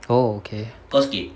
oh okay